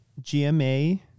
GMA